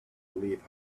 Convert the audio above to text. believe